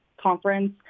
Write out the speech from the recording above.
Conference